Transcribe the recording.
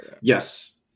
yes